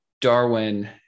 Darwin